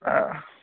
ꯑꯥ